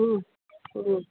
ಹ್ಞೂ ಹ್ಞೂ